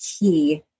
key